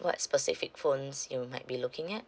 what specific phones you might be looking at